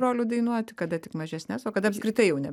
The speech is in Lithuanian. rolių dainuoti kada tik mažesnes o kada apskritai jau ne